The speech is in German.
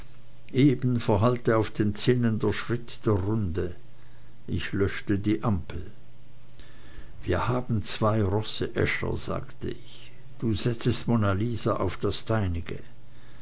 eben verhallte auf den zinnen der schritt der runde ich löschte die ampel wir haben zwei rosse äscher sagte ich du setzest monna lisa auf das deinige